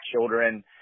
children